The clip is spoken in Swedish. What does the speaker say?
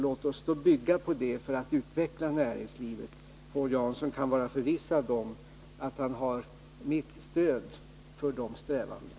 Låt oss då bygga på det för att utveckla näringslivet. Paul Jansson kan vara förvissad om att han har mitt stöd för de strävandena.